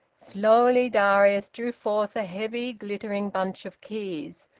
slowly darius drew forth a heavy, glittering bunch of keys,